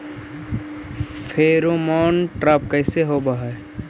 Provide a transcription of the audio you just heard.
Pheromone trap कैसे होब हई?